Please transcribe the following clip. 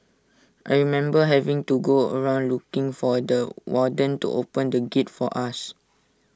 I remember having to go around looking for the warden to open the gate for us